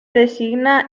designa